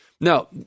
Now